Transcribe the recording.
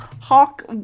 hawk